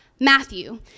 Matthew